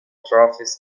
trophies